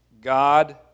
God